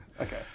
Okay